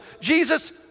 Jesus